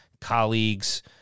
colleagues